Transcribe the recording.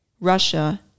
Russia